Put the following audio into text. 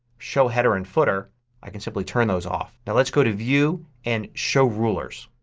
show header and footer i can simply turn those off. now let's go to view and show rulers.